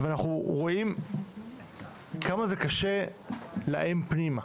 אנחנו רואים כמה זה קשה להם פנימה,